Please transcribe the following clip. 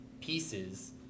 pieces